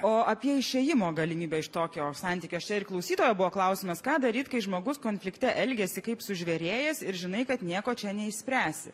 o apie išėjimo galimybę iš tokio santykio ir klausytojo buvo klausimas ką daryt kai žmogus konflikte elgiasi kaip sužvėrėjęs ir žinai kad nieko čia neišspręsi